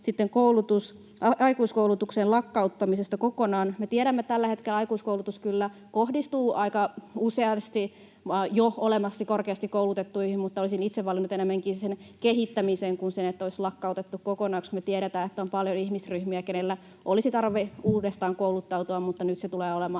aikuiskoulutustuen lakkauttamisesta kokonaan. Me tiedämme, että tällä hetkellä aikuiskoulutus kyllä kohdistuu aika useasti jo korkeasti koulutettuihin, mutta olisin itse valinnut ennemminkin sen kehittämisen kuin sen, että olisi lakkautettu kokonaan, koska me tiedetään, että on paljon ihmisryhmiä, keillä olisi tarve uudestaankouluttautua, mutta nyt se tulee olemaan